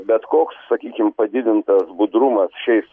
bet koks sakykim padidintas budrumas šiais